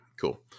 cool